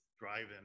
drive-in